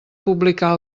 publicar